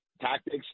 tactics